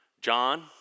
John